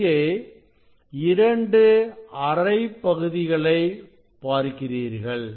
இங்கே 2 அரை பகுதிகளை பார்க்கிறீர்கள்